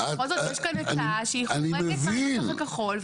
בכל זאת יש כאן הצעה שהיא חורגת מהנוסח הכחול.